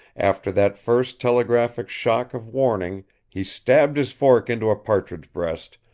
after that first telegraphic shock of warning he stabbed his fork into a partridge breast,